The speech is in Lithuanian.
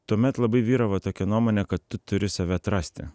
tuomet labai vyravo tokia nuomonė kad tu turi save atrasti